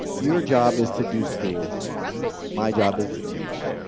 your job is to do school my job is to teach.